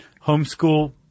homeschool